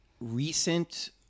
recent